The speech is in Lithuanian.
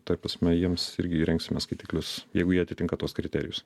ta prasme jiems irgi įrengsime skaitiklius jeigu jie atitinka tuos kriterijus